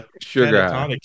Sugar